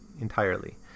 entirely